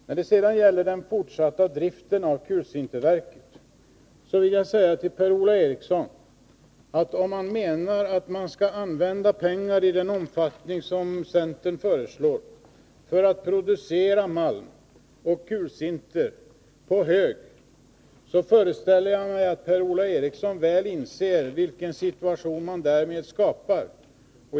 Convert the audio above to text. När det sedan gäller den fortsatta driften av kulsinterverket vill jag säga till Per-Ola Eriksson att om han menar att man på ett år skulle använda pengar i den omfattning som centern föreslår för att producera malm och kulsinter, föreställer jag mig att Per-Ola Eriksson väl inser vilken situation man därmed skapar.